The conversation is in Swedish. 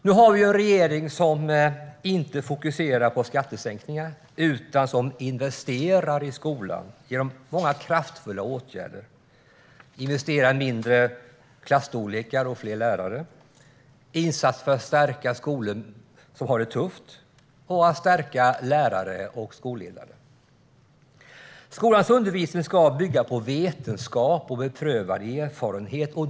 Nu har vi en regering som inte fokuserar på skattesänkningar utan investerar i skolan genom många kraftfulla åtgärder. Man investerar i mindre klasstorlekar och fler lärare, i insatser för att stärka skolor som har det tufft och i åtgärder för att stärka lärare och skolledare. Skolans undervisning ska bygga på vetenskap och beprövad erfarenhet.